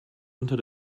unter